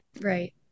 Right